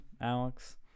alex